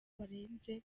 barenze